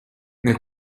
nel